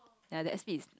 ya the s_p is